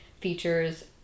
features